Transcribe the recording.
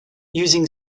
using